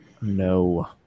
No